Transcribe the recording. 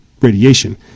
radiation